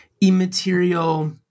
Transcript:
immaterial